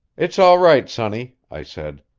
it's all right, sonny, i said.